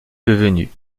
devenu